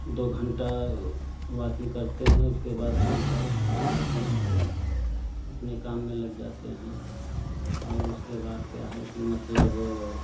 दो घंटा वाकिंग करते हैं उसके बाद फ़िर घर आते हैं तो अपने काम में लग जाते हैं और उसके बाद क्या है कि मतलब